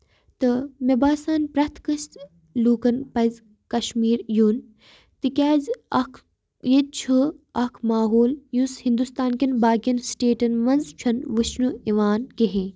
تہٕ مےٚ باسان پرٮ۪تھ کٲنسہِ لوٗکن پَزِ کَشمیٖر یُن تِکیازِ اکھ ییٚتہِ چھُ اکھ ماحول یُس ہِندوستان کٮ۪ن باقٮ۪ن سِٹیٹن منٛز چھُ نہٕ وُچھنہٕ یِوان کِہینۍ